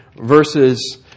versus